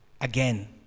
Again